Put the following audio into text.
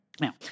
Now